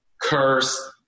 curse